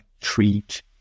treat